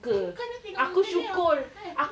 kau nak tengok muka dia apahal